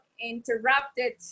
interrupted